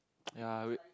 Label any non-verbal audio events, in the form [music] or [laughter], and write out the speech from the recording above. [noise] ya wait